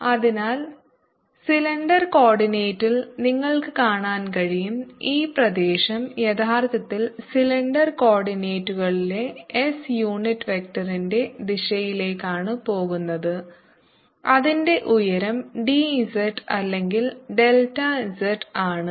Fxy2xi3yj അതിനാൽ cylinder കോർഡിനേറ്റിൽ നിങ്ങൾക്ക് കാണാൻ കഴിയും ഈ പ്രദേശം യഥാർത്ഥത്തിൽ സിലിണ്ടർ കോർഡിനേറ്റുകളിലെ എസ് യൂണിറ്റ് വെക്ടറിന്റെ ദിശയിലേക്കാണ് പോകുന്നത് അതിന്റെ ഉയരം d z അല്ലെങ്കിൽ ഡെൽറ്റ z ആണ്